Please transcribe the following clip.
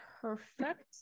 perfect